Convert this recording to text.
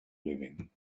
living